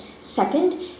Second